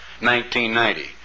1990